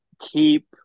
keep